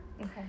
Okay